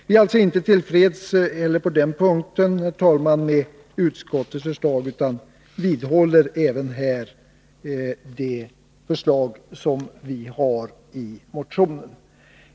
Vi är alltså inte heller till freds på denna punkt, herr talman, med utskottets förslag, utan vidhåller även i denna del det förslag som vi har framlagt i motionen.